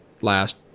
last